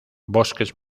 bosques